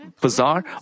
bazaar